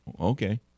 Okay